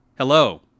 Hello